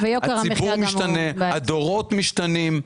הציבור משתנה והדורות משתנים,